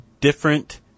different